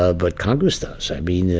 ah but congress does. i mean,